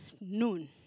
noon